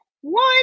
One